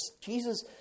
Jesus